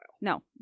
No